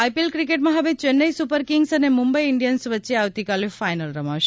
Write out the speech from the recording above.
IPL ક્રિકેટમાં હવે Chennai Super Kings અને મુંબઈ ઈન્ડીયન્સ વચ્ચે આવતીકાલે ફાયનલ રમાશે